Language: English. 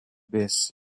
base